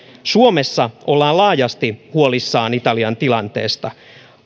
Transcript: suomessa ollaan laajasti huolissaan italian tilanteesta